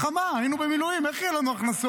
במלחמה, היינו במילואים, איך יהיו לנו הכנסות?